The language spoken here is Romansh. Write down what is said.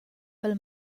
pel